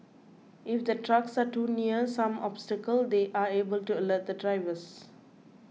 if the trucks are too near some obstacles they are able to alert the drivers